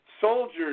soldiers